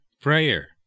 Prayer